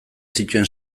zituen